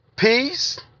peace